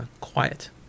quiet